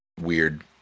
weird